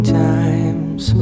times